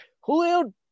Julio